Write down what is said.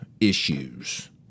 issues